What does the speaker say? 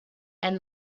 and